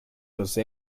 los